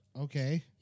Okay